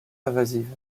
invasive